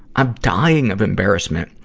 i'm dying of embarrassment.